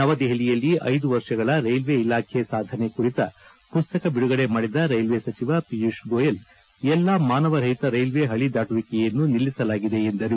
ನವದೆಹಲಿಯಲ್ಲಿ ಐದು ವರ್ಷಗಳ ರೈಲ್ವೆ ಇಲಾಖೆ ಸಾಧನೆ ಕುರಿತ ಪುಸ್ತಕ ಬಿಡುಗಡೆ ಮಾಡಿದ ರೈಲ್ವೆ ಸಚಿವ ಪಿಯೂಷ್ ಗೋಯಲ್ ಎಲ್ಲಾ ಮಾನವರಹಿತ ರೈಲ್ವೆ ಹಳಿ ದಾಟುವಿಕೆಯನ್ನು ನಿಲ್ಲಿಸಲಾಗಿದೆ ಎಂದರು